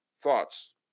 Thoughts